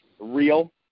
real